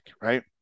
right